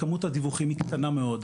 כמות הדיווחים היא קטנה מאוד,